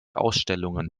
ausstellungen